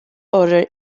ordered